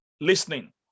listening